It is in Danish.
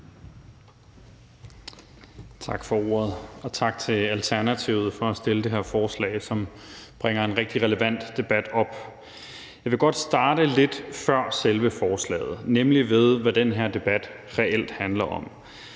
Tak for ordet, og tak til Alternativet for at fremsætte det her forslag, som bringer en rigtig relevant debat op. Jeg vil godt starte lidt før selve forslaget, nemlig ved, hvad den her debat reelt handler om.